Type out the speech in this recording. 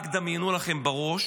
רק דמיינו לכם בראש